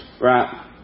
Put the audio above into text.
Right